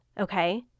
okay